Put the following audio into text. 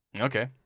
Okay